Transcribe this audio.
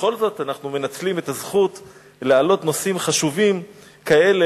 בכל זאת אנחנו מנצלים את הזכות להעלות נושאים חשובים כאלה.